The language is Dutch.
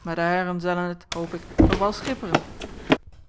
mair de haieren zellen t hoop ik nog wel schipperen